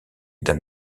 d’un